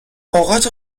اوقات